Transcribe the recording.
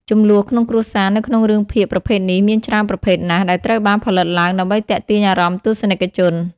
ជម្លោះក្នុងគ្រួសារនៅក្នុងរឿងភាគប្រភេទនេះមានច្រើនប្រភេទណាស់ដែលត្រូវបានផលិតឡើងដើម្បីទាក់ទាញអារម្មណ៍ទស្សនិកជន។